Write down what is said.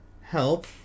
help